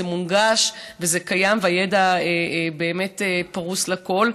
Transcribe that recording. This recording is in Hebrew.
זה מונגש וזה קיים, והידע באמת פרוס לכול.